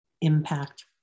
impact